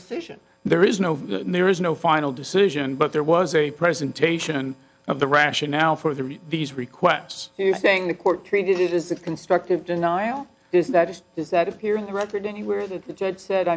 decision there is no there is no final decision but there was a presentation of the rationale for the these requests saying the court treated it is a constructive denial is that it is that appears in the record anywhere that the judge said